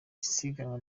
isiganwa